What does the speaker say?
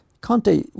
Conte